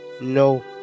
no